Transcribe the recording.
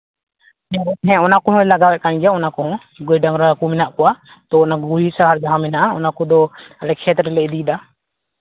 ᱦᱮᱸ ᱚᱱᱟ ᱠᱚᱦᱚᱸᱭ ᱞᱟᱜᱟᱣᱮᱜ ᱠᱟᱱ ᱜᱮᱭᱟ ᱚᱱᱟ ᱠᱚᱦᱚᱸ ᱜᱟᱹᱭ ᱰᱟᱝᱨᱟ ᱠᱚ ᱢᱮᱱᱟᱜ ᱠᱚᱣᱟ ᱛᱚ ᱜᱩᱨᱤᱡ ᱥᱟᱦᱟᱨ ᱡᱟᱦᱟᱸ ᱢᱮᱱᱟᱜᱼᱟ ᱚᱱᱟ ᱠᱚᱫᱚ ᱟᱞᱮ ᱠᱷᱮᱛ ᱨᱮᱞᱮ ᱤᱫᱤᱭᱮᱫᱟ